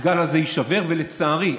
הגל הזה יישבר ולצערי,